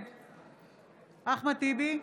נגד אחמד טיבי,